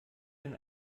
den